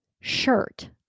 shirt